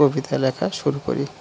কবিতা লেখা শুরু করি